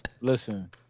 Listen